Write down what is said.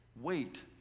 Wait